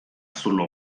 zulo